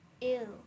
Ew